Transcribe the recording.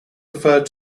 referred